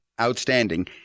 Outstanding